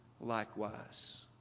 likewise